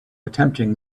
attempting